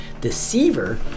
deceiver